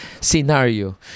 scenario